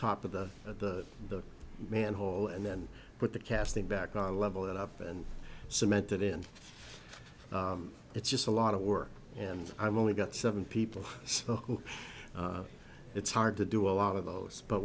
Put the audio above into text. top of that at the manhole and then put the casting back on level it up and cemented in it's just a lot of work and i'm only got seven people so it's hard to do a lot of those but